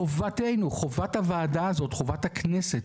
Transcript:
חובתנו, חובת הוועדה הזאת וחובת הכנסת.